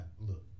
look